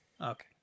Okay